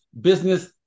business